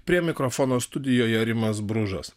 prie mikrofono studijoje rimas bružas